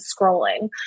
scrolling